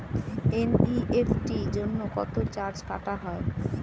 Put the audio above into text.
NEFT জন্য কত charge কাটা হয়?